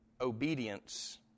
Obedience